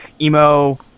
emo